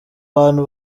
bantu